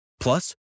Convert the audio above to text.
Plus